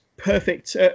perfect